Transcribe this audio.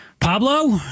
Pablo